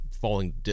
falling